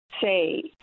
say